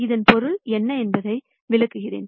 இதன் பொருள் என்ன என்பதை விளக்குகிறேன்